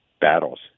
battles